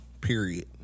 Period